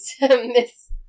Miss